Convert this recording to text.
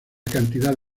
cantidad